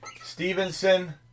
Stevenson